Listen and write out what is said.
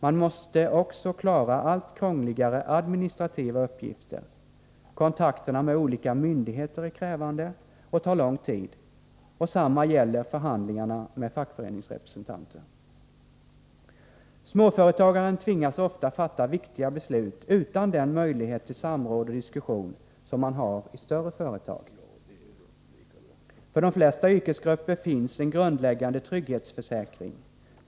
Man måste också klara allt krångligare administrativa uppgifter. Kontakterna med olika myndigheter är krävande och tar lång tid, och detsamma gäller förhandlingarna med fackföreningsrepresentanter. Småföretagaren tvingas ofta fatta viktiga beslut utan den möjlighet till samråd och diskussion som man har i större företag. För de flesta yrkesgrupper finns en grundläggande trygghetsförsäkring.